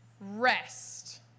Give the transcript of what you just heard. Rest